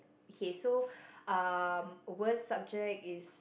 okay so um worst subject is